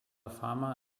farmer